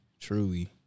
Truly